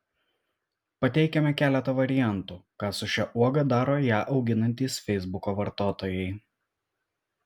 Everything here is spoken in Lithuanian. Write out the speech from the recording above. pateikiame keletą variantų ką su šia uoga daro ją auginantys feisbuko vartotojai